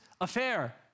affair